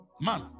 man